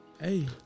Hey